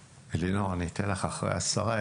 לינור, אני אתן לך אחרי השרה.